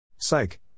Psych